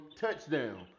touchdown